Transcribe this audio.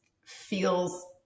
feels